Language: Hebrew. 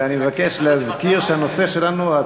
כמו להגיד שאם כל עם ישראל ילמד תורה,